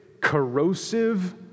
corrosive